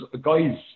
guys